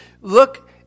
look